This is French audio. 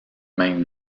même